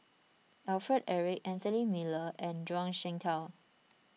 Alfred Eric Anthony Miller and Zhuang Shengtao